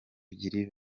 ebyiri